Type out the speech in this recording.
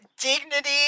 dignity